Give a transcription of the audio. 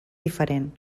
diferent